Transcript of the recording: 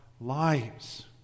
lives